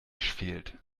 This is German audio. fehlt